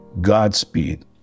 Godspeed